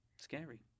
Scary